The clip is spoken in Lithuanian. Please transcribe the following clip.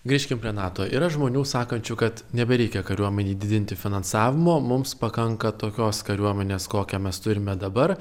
grįžkim prie nato yra žmonių sakančių kad nebereikia kariuomenei didinti finansavimo mums pakanka tokios kariuomenės kokią mes turime dabar